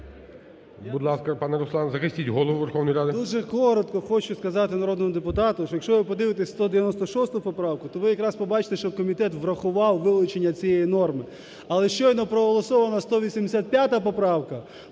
Дуже коротко хочу сказати народному депутату, що, якщо ви подивитесь в 196 поправку, то ви якраз побачите, що комітет врахував вилучення цієї норми. Але щойно проголосована 185 поправка